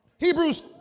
Hebrews